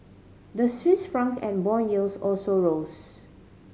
the Swiss franc and bond yields also rose